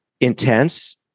intense